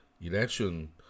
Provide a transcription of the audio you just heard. election